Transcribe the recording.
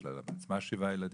יש לה בעצמה שבעה ילדים.